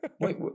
Wait